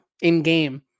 in-game